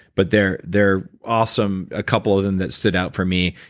but they're they're awesome a couple of them that stood out for me,